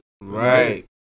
right